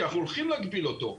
כי אנחנו הולכים להגביל אותו,